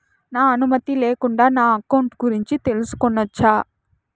నా అనుమతి లేకుండా నా అకౌంట్ గురించి తెలుసుకొనొచ్చా?